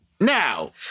Now